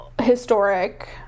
historic